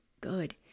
good